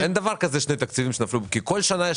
אין דבר כזה שני תקציבים שנפלו כי כל שנה יש